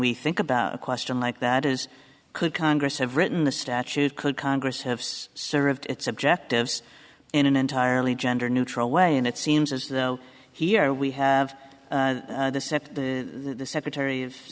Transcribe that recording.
we think about a question like that is could congress have written the statute could congress have served its objectives in an entirely gender neutral way and it seems as though here we have said the secretary of